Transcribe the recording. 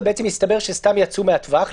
והסתבר שסתם יצאו מהטווח לגינה.